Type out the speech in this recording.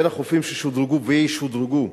בין החופים ששודרגו וישודרגו: